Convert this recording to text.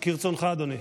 כרצונך, אדוני,